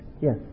yes